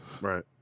Right